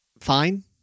fine